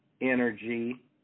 energy